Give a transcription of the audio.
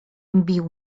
bił